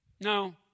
no